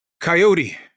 Coyote